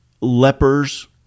lepers